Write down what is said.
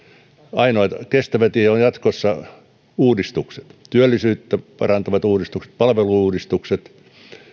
ainoa kestävä tie on jatkossa uudistukset työllisyyttä parantavat uudistukset palvelu uudistukset